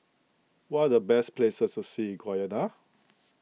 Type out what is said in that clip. what are the best places to see in Guyana